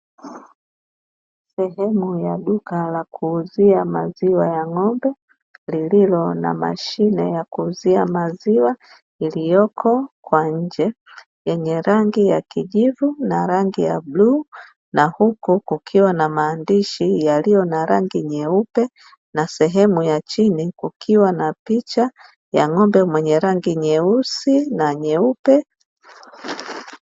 Sehemu ya duka la kuuzia maziwa ya ng'ombe, lililo na mashine ya kuuzia maziwa iliyoko kwa nje yenye rangi ya kijivu na rangi ya bluu na huku kukiwa na maandishi yaliyo na rangi nyeupe na sehemu ya chini kukiwa na picha ya ng'ombe mwenye rangi nyeusi na nyeupe.